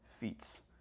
feats